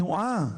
שמנועה,